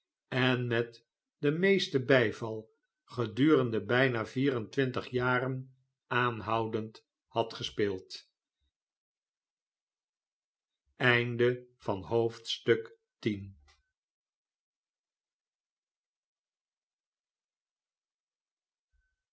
en met den meesten bijval gedurende bijna vier en twintig jaren aanhoudend had gespeeld